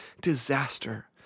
disaster